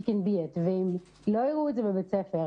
She Can Be It. אם לא יראו את זה בבתי הספר